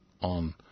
on